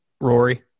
Rory